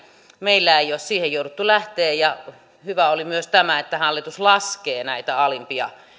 meillä ei ole siihen jouduttu lähtemään ja hyvää oli myös tämä että hallitus laskee näitä alimpia